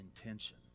intention